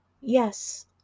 Yes